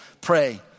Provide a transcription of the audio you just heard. pray